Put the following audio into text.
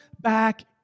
back